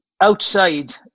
outside